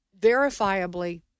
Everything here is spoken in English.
verifiably